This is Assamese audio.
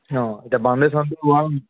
অঁ এতিয়া বামে চামে তোৰ আৰু